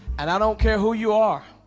and i don't care who you are